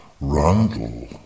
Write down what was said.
Randall